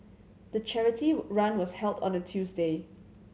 the charity run was held on a Tuesday